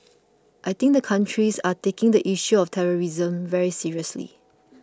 I think the countries are taking the issue of terrorism very seriously